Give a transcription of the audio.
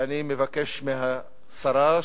ואני מבקש מהשרה,